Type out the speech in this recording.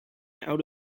out